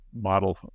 model